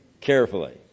carefully